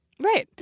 Right